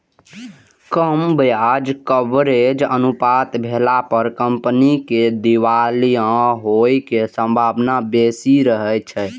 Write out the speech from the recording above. कम ब्याज कवरेज अनुपात भेला पर कंपनी के दिवालिया होइ के संभावना बेसी रहै छै